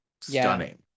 stunning